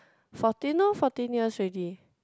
fourteen loh fourteen years already